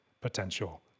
potential